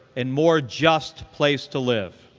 and more just place to live